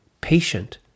patient